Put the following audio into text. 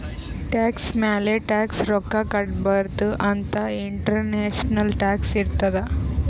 tax ಮ್ಯಾಲ tax ರೊಕ್ಕಾ ಕಟ್ಟಬಾರ್ದ ಅಂತ್ ಇಂಟರ್ನ್ಯಾಷನಲ್ ಟ್ಯಾಕ್ಸ್ ಇರ್ತುದ್